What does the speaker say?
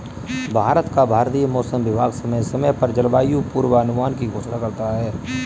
भारत का भारतीय मौसम विभाग समय समय पर जलवायु पूर्वानुमान की घोषणा करता है